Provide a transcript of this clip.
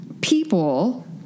people